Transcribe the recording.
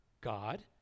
God